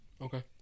Okay